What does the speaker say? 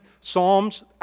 Psalms